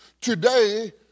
Today